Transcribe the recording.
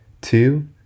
two